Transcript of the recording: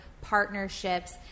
partnerships